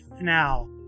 now